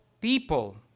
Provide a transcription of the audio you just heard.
people